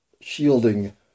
shielding